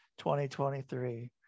2023